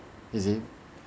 you see